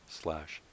slash